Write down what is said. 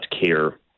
care